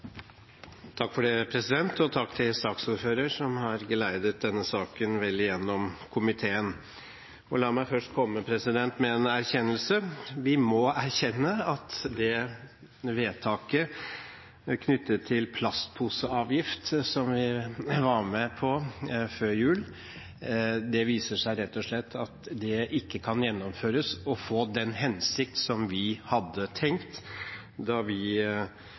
Takk til saksordføreren, som har geleidet denne saken vel igjennom i komiteen. La meg først komme med en erkjennelse: Vi må erkjenne at vedtaket knyttet til plastposeavgift som vi var med på før jul, viser seg rett og slett ikke å la seg gjennomføre og få den hensikt som vi hadde tenkt da vi